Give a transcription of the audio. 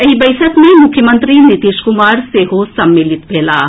एहि बैसक मे मुख्यमंत्री नीतीश कुमार सेहो सम्मिलित भेलाह